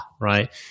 right